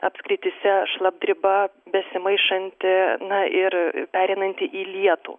apskrityse šlapdriba besimaišanti na ir pereinanti į lietų